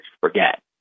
forget